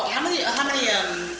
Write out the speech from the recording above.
oh how many how many